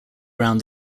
around